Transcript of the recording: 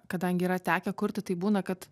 kadangi yra tekę kurti tai būna kad